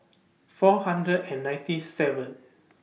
four hundred and ninety seven